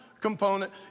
component